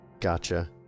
Gotcha